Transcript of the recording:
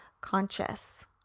conscious